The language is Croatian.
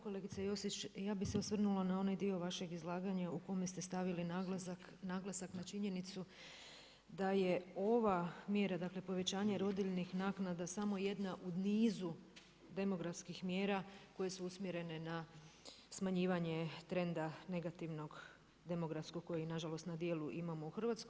Kolegice Josić, ja bih se osvrnula na onaj dio vašeg izlaganja u kome ste stavili naglasak na činjenicu da je ova mjera, dakle povećanje rodiljnih naknada samo jedna u nizu demografskih mjera koje su usmjerene na smanjivanje trenda negativnog demografskog koji na žalost na djelu imamo u Hrvatskoj.